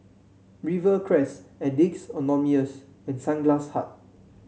Rivercrest Addicts Anonymous and Sunglass Hut